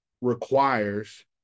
requires